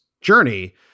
Journey